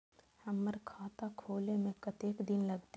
हमर खाता खोले में कतेक दिन लगते?